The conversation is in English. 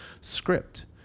script